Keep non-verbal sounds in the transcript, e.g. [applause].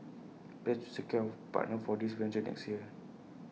[unintelligible] secure A partner for this venture next year